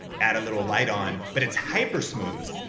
add a little light on, but it's hyper smooth,